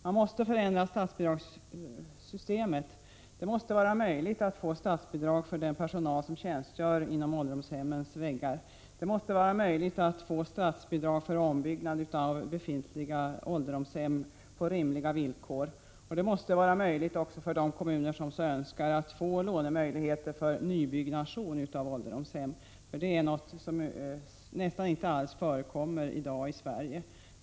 Man måste förändra statsbidragssystemet. Det måste vara möjligt att få statsbidrag för den personal som tjänstgör inom ålderdomshemmen. Det måste vara möjligt att få statsbidrag på rimliga villkor för ombyggnad av befintliga ålderdomshem. Det måste vara möjligt för de kommuner som så önskar att få lån för nybyggnation av ålderdomshem. Det förekommer nästan inte alls i dag i Sverige.